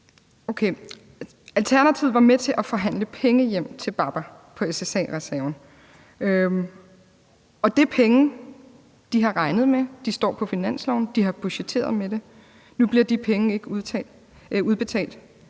Alternativet var med til at forhandle penge hjem til Baba fra SSA-reserven. Det er penge, de har regnet med; de står på finansloven; de har budgetteret med dem. Nu bliver de penge ikke udbetalt.